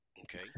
Okay